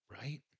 right